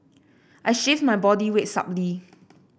I shift my body weight subtly